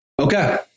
Okay